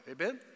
Amen